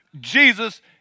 Jesus